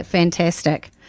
Fantastic